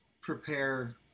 prepare